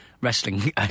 wrestling